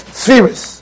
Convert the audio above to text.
spheres